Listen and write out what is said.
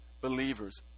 believers